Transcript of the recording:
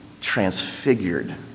transfigured